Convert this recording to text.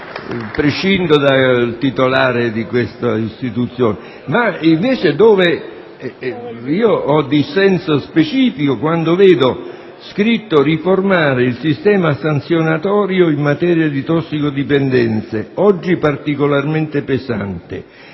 prescindo dal titolare di questa istituzione. Invece ho un dissenso specifico quando si dice di «riformare il sistema sanzionatorio in materia di tossicodipendenze, oggi particolarmente pesante,